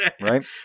right